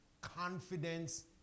confidence